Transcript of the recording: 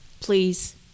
please